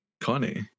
Connie